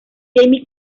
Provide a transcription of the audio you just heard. jaime